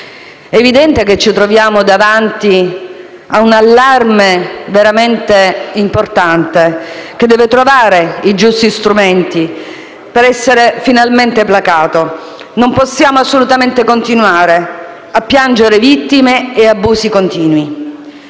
evidente che ci troviamo davanti a un allarme veramente importante, che deve trovare i giusti strumenti per essere finalmente placato. Non possiamo assolutamente continuare a piangere vittime e abusi continui.